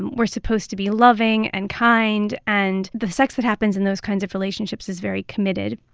and we're supposed to be loving and kind. and the sex that happens in those kinds of relationships is very committed.